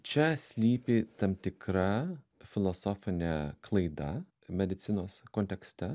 čia slypi tam tikra filosofinė klaida medicinos kontekste